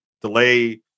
delay